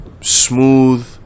smooth